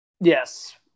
Yes